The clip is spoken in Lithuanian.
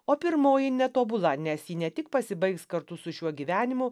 o pirmoji netobula nes ji ne tik pasibaigs kartu su šiuo gyvenimu